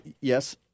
yes